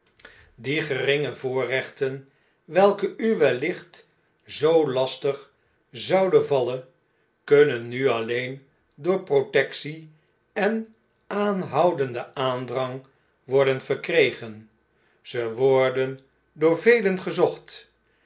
die geringe voorrechten welke u wellicht zoo lastig zouden vallen kunnen nu alleen door protectie en aanhoudenden aandrang worden verkregen ze worden door velen gezocht